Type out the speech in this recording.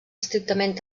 estrictament